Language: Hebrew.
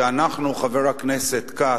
שאנחנו, חבר הכנסת כץ,